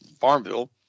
Farmville